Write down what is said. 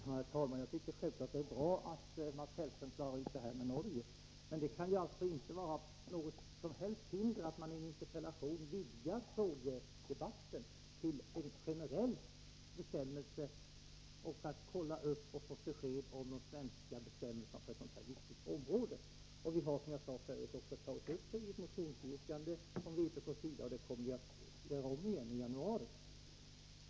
Herr talman! Jag tycker självfallet att det är bra att Mats Hellström klarar ut det här med Norge. Men det kan alltså inte finnas något som helst hinder för att man vidgar en interpellationsdebatt till att gälla en generell bestämmelse och begära besked om de svenska bestämmelserna på ett sådant här viktigt område. Vi har, som jag också sade förut, tagit upp detta i ett motionsyrkande från vpk:s sida, och det kommer vi att göra om igen i januari.